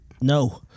No